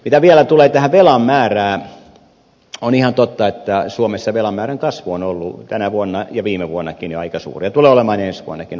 mitä vielä tulee tähän velan määrään on ihan totta että suomessa velan määrän kasvu on ollut tänä vuonna ja viime vuonnakin jo aika suuri ja tulee olemaan ensi vuonna aika suuri